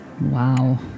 Wow